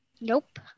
Nope